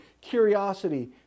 curiosity